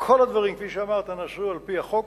כל הדברים, כפי שאמרת, נעשו על-פי החוק,